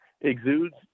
exudes